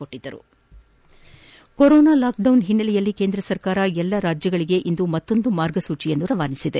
ಕೇಂದ್ರ ಮಾರ್ಗಸೂಚಿ corona lockdown ಹಿನ್ನೆಲೆಯಲ್ಲಿ ಕೇಂದ್ರ ಸರ್ಕಾರ ಎಲ್ಲಾ ರಾಜ್ಯಗಳಿಗೆ ಇಂದು ಮತ್ತೊಂದು ಮಾರ್ಗಸೂಚಿಯನ್ನು ರವಾನಿಸಿದೆ